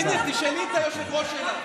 הינה, תשאלי את היושב-ראש שלך.